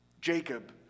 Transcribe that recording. Jacob